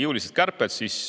jõulised kärped, siis